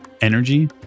energy